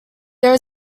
there